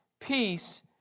peace